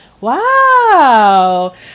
wow